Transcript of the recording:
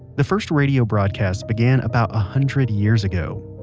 the first radio broadcasts began about a hundred years ago.